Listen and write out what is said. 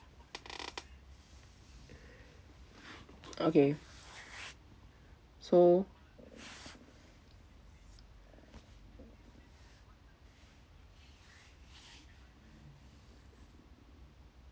okay so